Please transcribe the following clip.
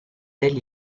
egli